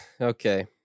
Okay